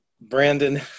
Brandon